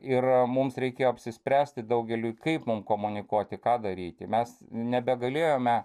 ir mums reikėjo apsispręsti daugeliui kaip mum komunikuoti ką daryti mes nebegalėjome